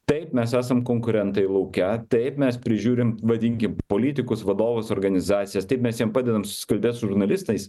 taip mes esam konkurentai lauke taip mes prižiūrim vadinkim politikus vadovus organizacijas taip mes jiem padedam susikalbėt su žurnalistais